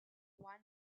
one